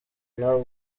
nawe